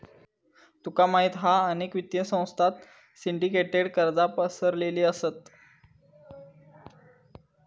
तुका माहित हा अनेक वित्तीय संस्थांत सिंडीकेटेड कर्जा पसरलेली असत